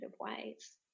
ways